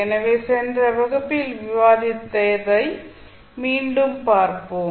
எனவே சென்ற வகுப்பில் விவாதித்ததை மீண்டும் பார்ப்போம்